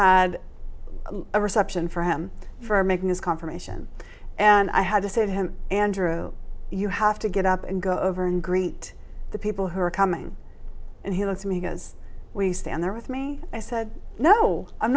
had a reception for him for making his confirmation and i had to sit him andrew you have to get up and go over and greet the people who are coming and he lets me go as we stand there with me i said no i'm